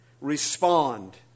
respond